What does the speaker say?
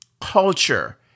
culture